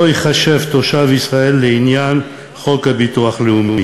לא ייחשב תושב ישראל לעניין חוק הביטוח הלאומי.